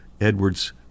Edwards